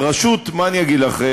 רשות, מה אני אגיד לך?